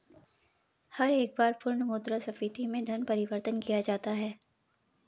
हर एक बार पुनः मुद्रा स्फीती में धन परिवर्तन किया जाता है